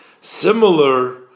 similar